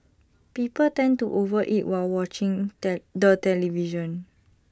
people tend to over eat while watching that the television